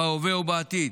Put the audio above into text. בהווה ובעתיד.